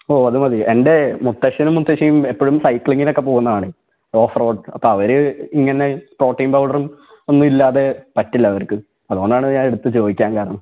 ഓ അത് മതി എൻ്റെ മുത്തശ്ശനും മുത്തശ്ശിയും എപ്പോഴും സൈക്ലിങ്ങിനൊക്കെ പോകുന്നതാണേ ഓഫ് റോഡ് അപ്പം അവർ ഇങ്ങനെ പ്രോട്ടീൻ പൗഡറും ഒന്നുമില്ലാതെ പറ്റില്ല അവർക്ക് അതുകൊണ്ടാണ് ഞാനെടുത്ത് ചോദിക്കാൻ കാരണം